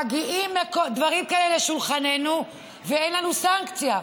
מגיעים דברים כאלה לשולחננו, ואין לנו סנקציה.